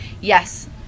yes